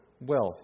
wealth